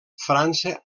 frança